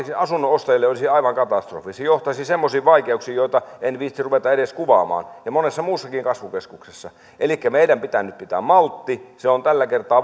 se olisi asunnonostajille aivan katastrofi se johtaisi semmoisiin vaikeuksiin joita en viitsi ruveta edes kuvaamaan samoin monessa muussakin kasvukeskuksessa elikkä meidän pitää nyt pitää maltti se on tällä kertaa